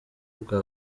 bwa